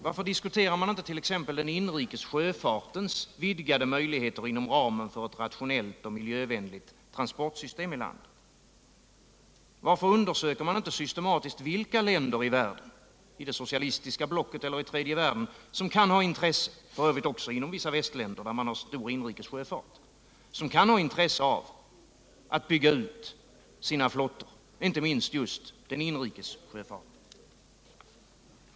Varför disksuterar man t.ex. inte den inrikes sjöfartens möjligheter inom ramen för ett rationellt och miljövänligt transportsystem i landet? Varför undersöker man inte systematiskt vilka länder i världen — i det socialistiska blocket eller i tredje världen och f.ö. också inom vissa västländer, där man har stor inrikesjöfart —-som kan ha intresse av att bygga ut sina flottor, inte minst just den inrikes sjöfarten?